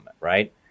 right